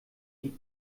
die